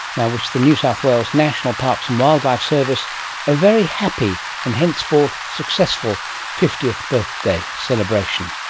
and i wish the new south wales national parks and wildlife service a very happy and henceforth successful fiftieth birthday celebration.